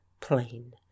plain